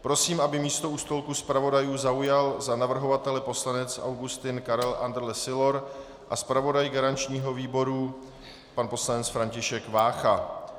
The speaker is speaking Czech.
Prosím, aby místo u stolku zpravodajů zaujal za navrhovatele poslanec Augustin Karel Andrle Sylor a zpravodaj garančního výboru pan poslanec František Vácha.